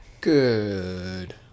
Good